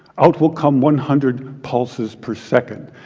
out will come one hundred pulses per second.